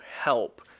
help